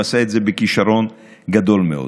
הוא עשה את זה בכישרון גדול מאוד.